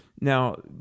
Now